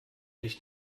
nicht